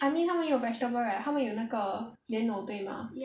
I mean 他们有 vegetable right 他们有那个莲藕对吗